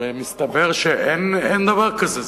ומסתבר שאין דבר כזה.